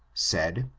said,